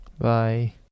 bye